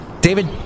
David